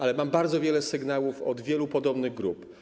Ale mam bardzo wiele sygnałów od wielu podobnych grup.